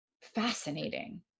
fascinating